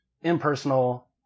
impersonal